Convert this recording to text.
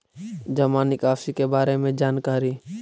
जामा निकासी के बारे में जानकारी?